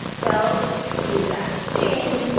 spelled the exact same,